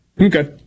Okay